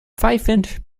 pfeifend